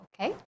okay